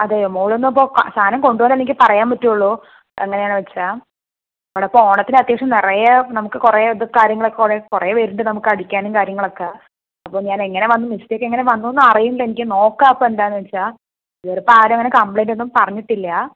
അതെയോ മോള് ഇന്നിപ്പോൾ സാധനം കൊണ്ടുവന്നെങ്കിൽ പറയാൻ പറ്റുള്ളൂ എങ്ങനെയാണെന്നുവച്ചാൽ ഇവിടെയിപ്പോൾ ഓണത്തിന് അത്യാവശ്യം നിറയെ നമുക്ക് കുറേ കാര്യങ്ങൾ കുറേ വരുന്നുണ്ട് നമുക്ക് അടിക്കാനും കാര്യങ്ങളുമൊക്കെ അപ്പോൾ ഞാൻ എങ്ങനെ വന്നു മിസ്റ്റേക്ക് എങ്ങനെ വന്നുയെന്ന് അറിയുന്നില്ല എനിക്ക് നോക്കാം ഇപ്പോൾ എന്താണെന്നുവച്ചാൽ ഇവിടെയിപ്പോൾ ആരും അങ്ങനെ കംപ്ലൈന്റൊന്നും പറഞ്ഞിട്ടില്ല